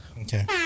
Okay